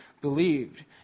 believed